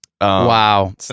Wow